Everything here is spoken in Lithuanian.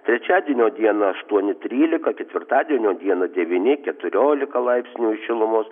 trečiadienio dieną aštuoni trylika ketvirtadienio dieną devyni keturiolika laipsnių šilumos